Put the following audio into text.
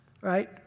right